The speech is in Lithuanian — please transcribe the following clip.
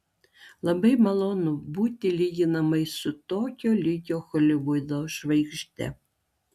labai malonu būti lyginamai su tokio lygio holivudo žvaigžde